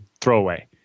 throwaway